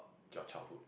your childhood